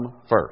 first